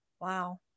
wow